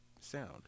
sound